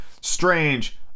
strange